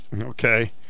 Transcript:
Okay